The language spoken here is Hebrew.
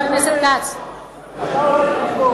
כשאתה הולך למכור,